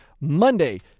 monday